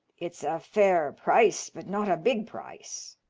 it's a fair price, but not a big price.